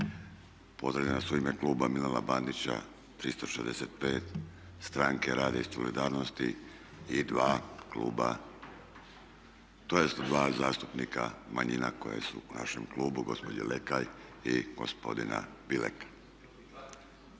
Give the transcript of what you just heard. Pozdravljam vas u ime kluba Milana Bandića 365 stranke rada i solidarnosti i dva kluba, tj. dva zastupnika manjina koje su u našem klubu gospođe Lekaj i gospodina Bileka.